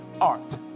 art